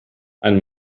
ein